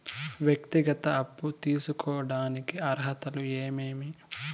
వ్యక్తిగత అప్పు తీసుకోడానికి అర్హతలు ఏమేమి